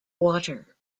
water